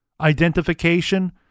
identification